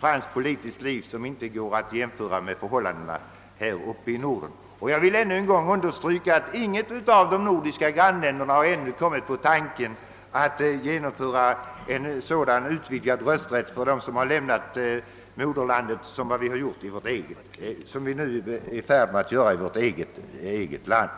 franskt politiskt liv, som inte går att jämföra med förhållandena här uppe i Norden. Jag vill också än en gång understryka, att inget av de nordiska grannländerna ännu har kommit på tanken att genomföra en sådan utvidgad rösträtt för dem som lämnat moderlandet som den vi nu är i färd med att införa i Sverige.